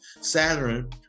Saturn